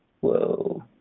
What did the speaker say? Whoa